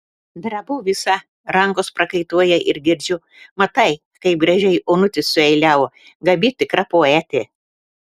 drebu visa rankos prakaituoja ir girdžiu matai kaip gražiai onutė sueiliavo gabi tikra poetė